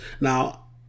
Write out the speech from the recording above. Now